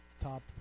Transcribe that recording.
Top